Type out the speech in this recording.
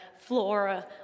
flora